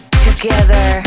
together